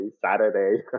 Saturday